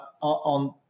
on